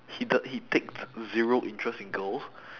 he does~ he takes zero interest in girls